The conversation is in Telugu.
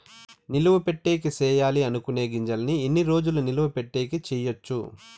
నిలువ పెట్టేకి సేయాలి అనుకునే గింజల్ని ఎన్ని రోజులు నిలువ పెట్టేకి చేయొచ్చు